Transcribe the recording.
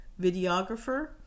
videographer